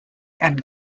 and